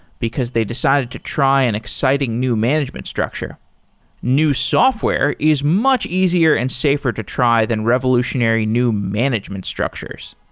because they decided to try an and exciting new management structure new software is much easier and safer to try than revolutionary new management structures.